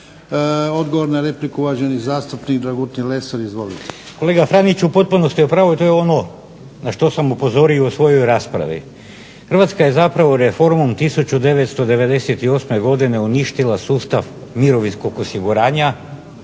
Dragutin (Hrvatski laburisti - Stranka rada)** Kolega Franiću, u potpunosti ste u pravu. To je ono na što sam upozorio u svojoj raspravi. Hrvatska je zapravo reformom 1998. godine uništila sustav mirovinskog osiguranja